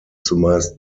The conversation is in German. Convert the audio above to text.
zumeist